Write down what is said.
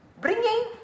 bringing